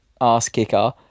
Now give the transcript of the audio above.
ass-kicker